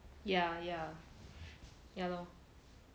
ya ya ya lor